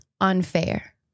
unfair